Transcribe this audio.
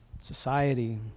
society